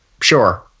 sure